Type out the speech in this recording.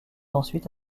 ensuite